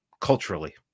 culturally